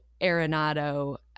Arenado